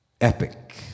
epic